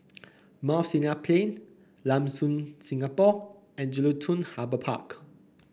Mount Sinai Plain Lam Soon Singapore and Jelutung Harbour Park